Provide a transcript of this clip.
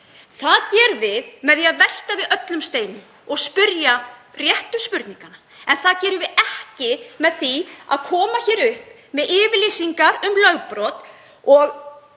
Það gerum við með því að velta við öllum steinum og spyrja réttu spurninganna. En það gerum við ekki með því að koma hér upp með yfirlýsingar um lögbrot og